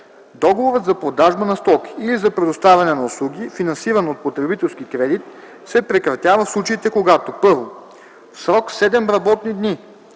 Договорът за продажба на стоки или за предоставяне на услуги, финансиран от потребителски кредит, се прекратява в случаите, когато: 1. в срок 7 работни дни,